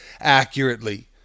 accurately